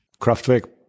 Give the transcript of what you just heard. Kraftwerk